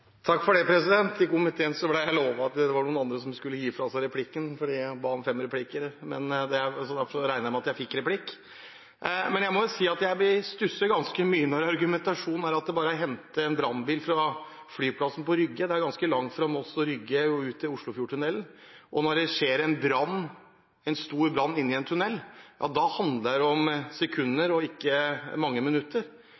Takk for det, president. I komiteen ble jeg lovet at noen andre skulle gi fra seg replikken sin, i og med at jeg ba om at vi skulle ha fem replikker. Derfor regnet jeg med at jeg skulle få en andre replikk. Jeg må si jeg stusser ganske mye over argumentasjonen, at det bare er å hente en brannbil fra flyplassen på Rygge. Det er ganske langt fra Moss og Rygge til Oslofjordtunnelen. Når det skjer en stor brann inne i en tunnel, handler det om